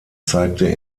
zeigte